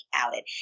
outed